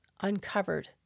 uncovered